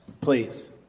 Please